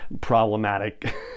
problematic